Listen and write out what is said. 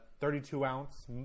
32-ounce